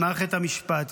עם מערכת המשפט,